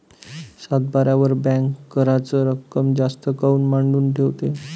सातबाऱ्यावर बँक कराच रक्कम जास्त काऊन मांडून ठेवते?